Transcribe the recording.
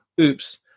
Oops